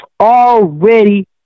already